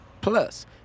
Plus